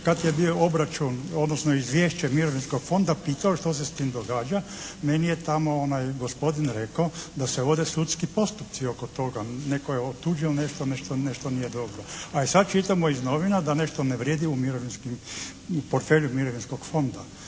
kad je bio obračun, odnosno izvješće Mirovinskog fonda pitao što se s tim događa, meni je tamo onaj gospodin rekao da se vode sudski postupci oko toga, netko je otuđio nešto, nešto nije dobro. A i sad čitamo iz novina da nešto ne vrijedi u portfelju Mirovinskog fonda.